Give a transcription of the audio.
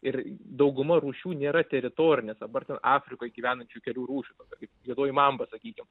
ir dauguma rūšių nėra teritorinės dabar ten afrikoj gyvenančių kelių rūšių tokių kaip juodoji mamba sakykim